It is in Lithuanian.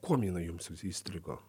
kuom jinai jums įstrigo